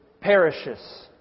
perishes